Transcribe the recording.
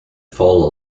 fall